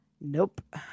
Nope